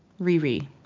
Riri